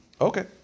Okay